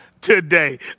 today